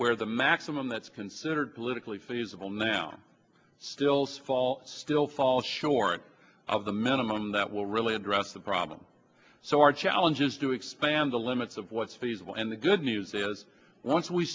where the maximum that's considered politically feasible now still small still fall short of the minimum that will really address the problem so our challenge is to expand the limits of what's feasible and the good news is once we